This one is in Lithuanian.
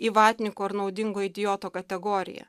į vatniko ar naudingo idioto kategoriją